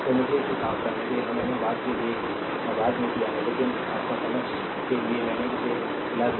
तो मुझे इसे साफ करने दें यह मैंने बाद में किया है लेकिन आपका समझ के लिए मैंने इसे हिला दिया